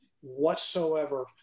whatsoever